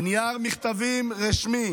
בנייר מכתבים רשמי